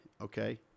okay